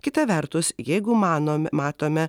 kita vertus jeigu mano matome